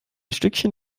stückchen